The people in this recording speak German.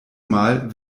mal